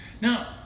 Now